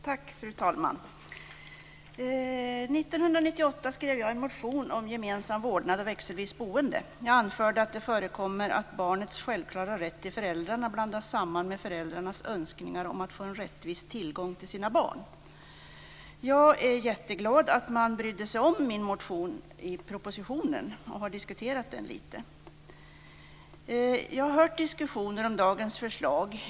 Fru talman! 1998 skrev jag en motion om gemensam vårdnad och växelvis boende. Jag anförde att det förekommer att barnets självklara rätt till föräldrarna blandas samman med föräldrarnas önskningar om att få en rättvis tillgång till sina barn. Jag är jätteglad att man brydde sig om min motion och över att man har diskuterat den i propositionen. Jag har hört diskussioner om dagens förslag.